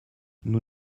nous